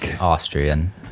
Austrian